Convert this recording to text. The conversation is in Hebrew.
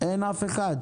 אין אף אחד.